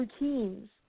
routines